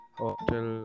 hotel